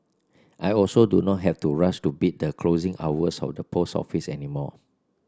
I also do not have to rush to beat the closing hours of the post office any more